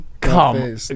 Come